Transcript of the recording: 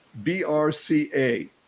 brca